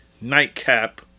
nightcap